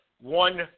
one